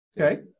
okay